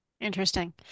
Interesting